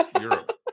Europe